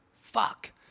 fuck